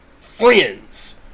friends